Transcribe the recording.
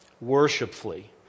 worshipfully